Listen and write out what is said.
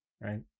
right